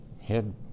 head